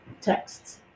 texts